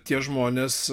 tie žmonės